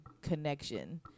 connection